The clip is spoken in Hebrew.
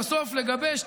לקראת